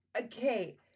okay